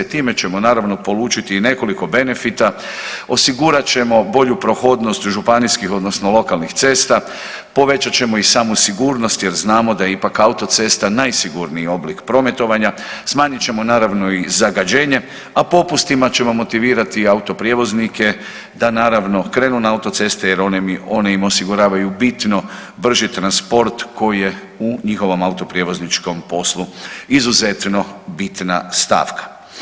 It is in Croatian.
Time ćemo naravno, polučiti i nekoliko benefita, osigurat ćemo bolju prohodnost županijskih, odnosno lokalnih cesta, povećat ćemo i samu sigurnost jer znamo da je ipak autocesta najsigurniji oblik prometovanja, smanjit ćemo naravno i zagađenje, a popustima ćemo motivirati i autoprijevoznike da naravno, krenu na autoceste jer one im osiguravaju bitno brži transport koji je u njihovom autoprijevozničkom poslu izuzetno bitna stavka.